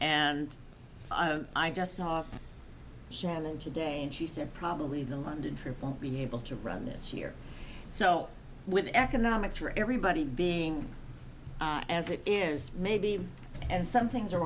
and i just saw shannon today and she said probably the london for won't be able to run this year so with economics for everybody being as it is maybe and some things are